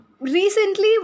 recently